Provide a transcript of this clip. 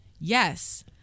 yes